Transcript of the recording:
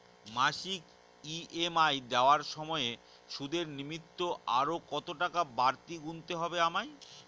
মাসিক ই.এম.আই দেওয়ার সময়ে সুদের নিমিত্ত আরো কতটাকা বাড়তি গুণতে হবে আমায়?